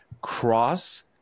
cross